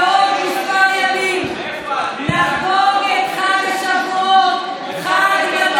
בעוד כמה ימים נחגוג את חג השבועות, חג מתן